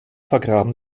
vergraben